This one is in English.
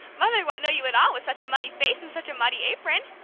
mother won't know you at all with such a muddy face and such a muddy apron!